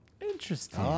Interesting